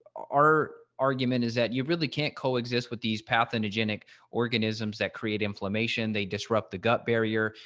our argument is that you really can't coexist with these pathogenic organisms that create inflammation, they disrupt the gut barrier,